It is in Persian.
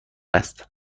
است